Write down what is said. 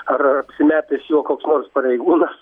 ar apsimetęs juo koks nors pareigūnas